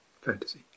Fantasy